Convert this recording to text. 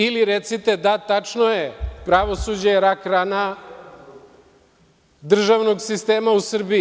Ili recite – da, tačno je, pravosuđe je rak rana državnog sistema u Srbiji.